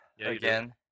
Again